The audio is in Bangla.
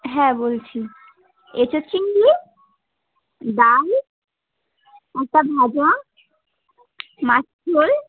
হ্যাঁ বলছি এঁচোর চিংড়ি ডাল একটা ভাজা মাছের ঝোল